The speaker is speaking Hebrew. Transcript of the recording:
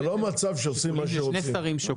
זה לא מצב שעושים מה שרוצים.